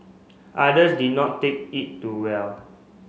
others did not take it to well